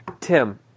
Tim